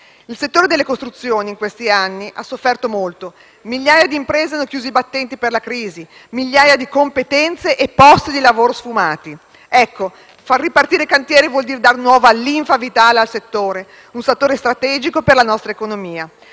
Il settore delle costruzioni in questi anni ha sofferto molto. Migliaia d'imprese hanno chiuso i battenti per la crisi, migliaia di competenze e posti di lavoro sfumati. Ecco: far ripartire i cantieri vuol dire dare nuova linfa vitale al settore, un settore strategico per la nostra economia.